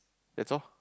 that's all